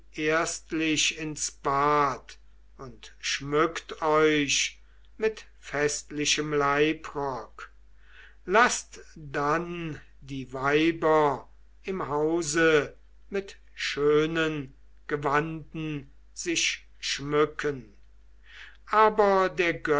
erstlich ins bad und schmückt euch mit festlichem leibrock laßt dann die weiber im hause mit schönen gewanden sich schmücken aber der